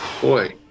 boy